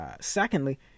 secondly